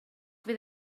fydd